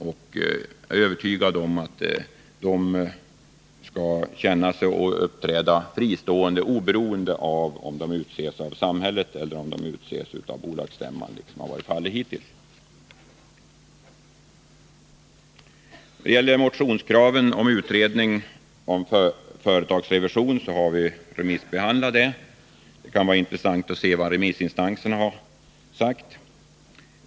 Jag är övertygad om att de kommer att känna sig och uppträda fristående oberoende av om de utses av samhället eller om de utses av bolagsstämman, såsom fallet varit hittills. Motionskravet om företagsrevision har remissbehandlats. Det kan vara intressant att se vad remissinstanserna har sagt.